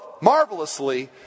Marvelously